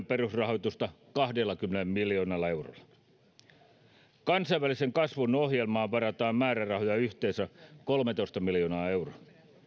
perusrahoitusta kahdellakymmenellä miljoonalla eurolla kansainvälisen kasvun ohjelmaan varataan määrärahoja yhteensä kolmetoista miljoonaa euroa